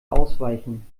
ausweichen